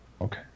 Okay